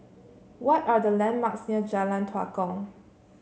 what are the landmarks near Jalan Tua Kong